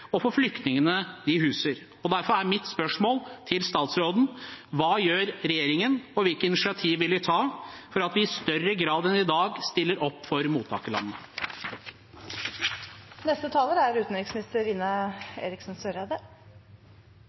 og for flyktningene de huser. Derfor er mitt spørsmål til statsråden: Hva gjør regjeringen, og hvilke initiativ vil den ta for at vi i større grad enn i dag skal stille opp for